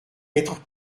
être